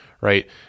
right